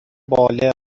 بالغ